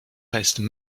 restent